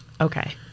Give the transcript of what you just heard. Okay